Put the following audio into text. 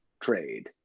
trade